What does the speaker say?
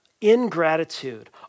ingratitude